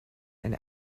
and